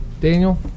Daniel